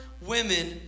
women